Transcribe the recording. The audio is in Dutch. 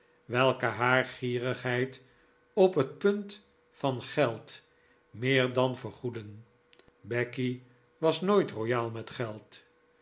welke haar gierigheid op het punt van geld meer dan vergoedden becky was nooit royaal met geld